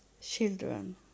children